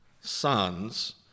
sons